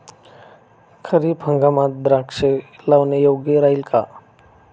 खरीप हंगामात द्राक्षे लावणे योग्य राहिल का?